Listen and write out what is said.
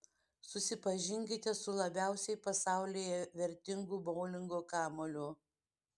susipažinkite su labiausiai pasaulyje vertingu boulingo kamuoliu